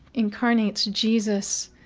incarnates jesus